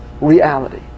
reality